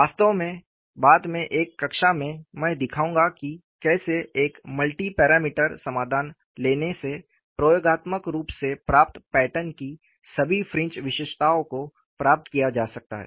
वास्तव में बाद में एक कक्षा में मैं दिखाऊंगा कि कैसे एक मल्टी पैरामीटर समाधान लेने से प्रयोगात्मक रूप से प्राप्त पैटर्न की सभी फ्रिंज विशेषताओं को प्राप्त किया जा सकता है